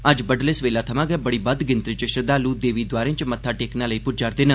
अज्ज बडलै सबेले थमां गै बड़ी बद्द गिनत्री च श्रद्वालु देवीद्वारें च मत्था टेकने लेई पुज्जा'रदे न